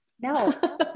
no